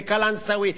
בקלנסואה,